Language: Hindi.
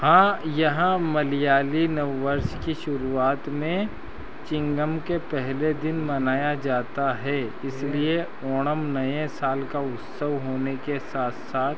हाँ यहाँ मलयाली नव वर्ष की शुरुआत में चिंगम के पहले दिन मनाया जाता है इसलिए ओणम नए साल का उत्सव होने के साथ साथ